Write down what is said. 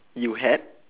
you had